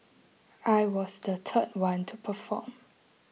I was the third one to perform